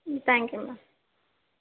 thank you ma'am